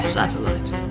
satellite